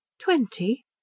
twenty